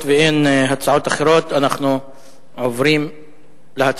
היות שאין הצעות אחרות אנחנו עוברים להצבעה.